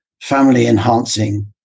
family-enhancing